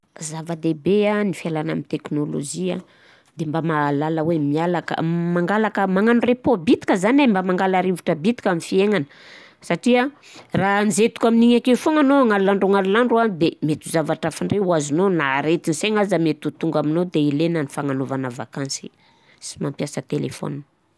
Zava-dehibe an ny fialana amin'ny teknaolôjia de mba mahalala hoe mialaka mangalaka- magnano repos bitika zany e, mba mangala rivotra bitika amin'ny fiaignana satria raha anjetoko aminigny ake foana anao agnalinandro agnalinandro an de mety ho zavatra hafa ndray ho azonao na areti-saigna aza mety ho tonga aminao de ilaigna ny fagnanaovagna vakansy sy mampiasa telefôna.